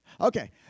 Okay